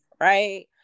Right